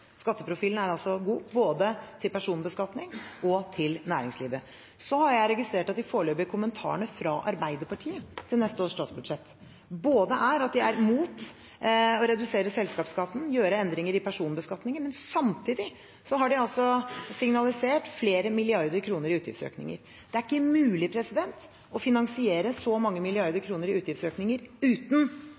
Skatteprofilen er altså god, både til personbeskatning og til næringslivet. Så har jeg registrert at de foreløpige kommentarene fra Arbeiderpartiet til neste års statsbudsjett er at de er mot både å redusere selskapsskatten og å gjøre endringer i personbeskatningen, men samtidig har de signalisert flere milliarder kroner i utgiftsøkninger. Det er ikke mulig å finansiere så mange milliarder kroner i utgiftsøkninger uten